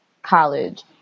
college